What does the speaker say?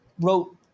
wrote